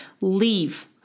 leave